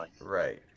right